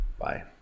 Bye